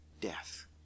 death